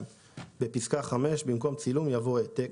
בפסקה (5), במקום "צילום" יבוא "העתק".